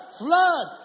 flood